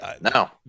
No